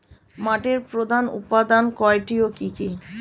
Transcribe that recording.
মাটির প্রধান উপাদান কয়টি ও কি কি?